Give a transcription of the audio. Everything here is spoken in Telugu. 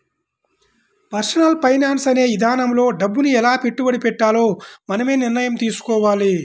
పర్సనల్ ఫైనాన్స్ అనే ఇదానంలో డబ్బుని ఎలా పెట్టుబడి పెట్టాలో మనమే నిర్ణయం తీసుకోవాలి